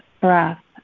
breath